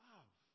Love